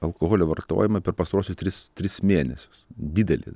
alkoholio vartojimą per pastaruosius tris tris mėnesius didelį